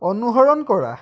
অনুসৰণ কৰা